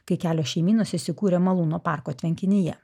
kai kelios šeimynos įsikūrė malūno parko tvenkinyje